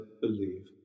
believe